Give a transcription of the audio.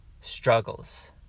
struggles